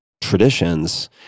traditions